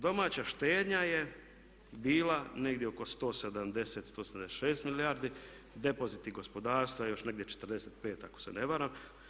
Domaća štednja je bila negdje oko 170, 176 milijardi, depoziti gospodarstva još negdje 45 ako se varam.